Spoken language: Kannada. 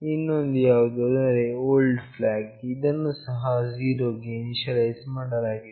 ಇನ್ನೊಂದು ಯಾವುದೆಂದರೆ old flag ಇದನ್ನು ಸಹ 0 ಗೆ ಇನೀಷಿಯಲೈಸ್ ಮಾಡಲಾಗಿದೆ